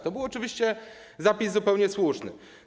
To był oczywiście zapis zupełnie słuszny.